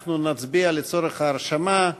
אנחנו נצביע לצורך ההרשמה.